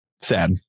sad